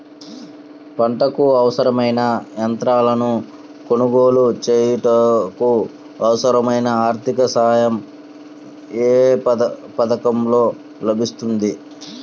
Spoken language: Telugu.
పంటకు అవసరమైన యంత్రాలను కొనగోలు చేయుటకు, అవసరమైన ఆర్థిక సాయం యే పథకంలో లభిస్తుంది?